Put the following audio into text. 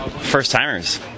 First-timers